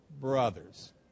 brothers